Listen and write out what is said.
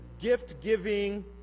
gift-giving